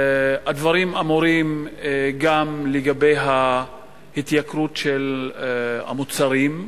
הדברים אמורים גם לגבי ההתייקרות של המוצרים,